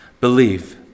Believe